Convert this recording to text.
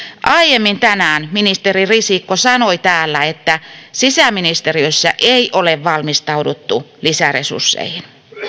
aiemmin tänään ministeri risikko sanoi täällä että sisäministeriössä ei ole valmistauduttu lisäresursseihin